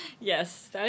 yes